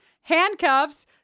handcuffs